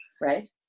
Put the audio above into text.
right